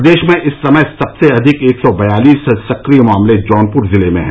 प्रदेश में इस समय सबसे अधिक एक सौ बयालीस सक्रिय मामले जौनपुर जिले में हैं